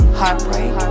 heartbreak